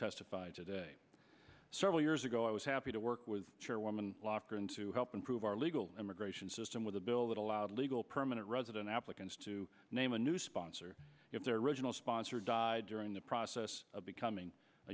testify today several years ago i was happy to work with chairwoman blocker and to help improve our legal immigration system with a bill that allows legal permanent resident applicants to name a new sponsor if their regional sponsor died during the process of becoming a